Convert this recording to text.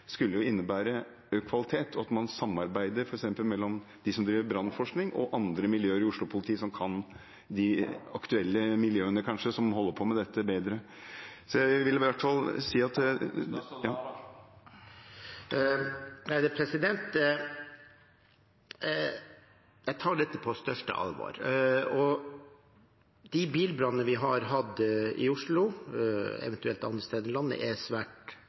mellom dem som driver brannetterforskning, og andre miljøer i Oslo-politiet som kanskje kan de aktuelle miljøene som holder på med dette, bedre. Jeg tar dette på største alvor. De bilbrannene vi har hatt i Oslo, eventuelt andre steder i landet, er svært